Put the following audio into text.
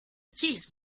cheese